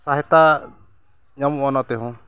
ᱥᱚᱦᱟᱭᱚᱛᱟ ᱧᱟᱢᱚᱜᱼᱟ ᱚᱱᱟ ᱛᱮᱦᱚᱸ